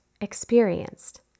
experienced